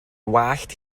wallt